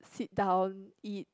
sit down eat